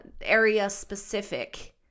area-specific